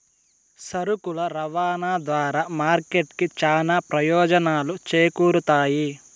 సరుకుల రవాణా ద్వారా మార్కెట్ కి చానా ప్రయోజనాలు చేకూరుతాయి